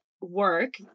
work